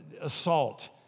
assault